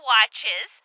Watches